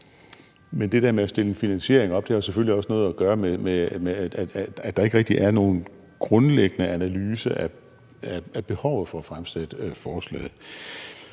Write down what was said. til det der med at stille en finansiering op har det selvfølgelig også noget at gøre med, at der ikke rigtig er nogen grundlæggende analyse af behovet for at fremsætte forslaget.